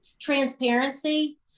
transparency